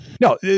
No